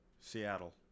Seattle